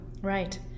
Right